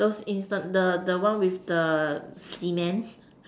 those instant the the one with the cement